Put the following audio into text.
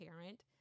parent